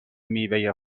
میوه